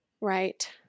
Right